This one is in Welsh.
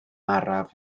araf